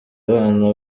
abana